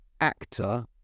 actor